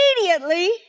immediately